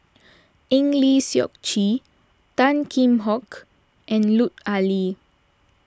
Eng Lee Seok Chee Tan Kheam Hock and Lut Ali